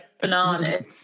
bananas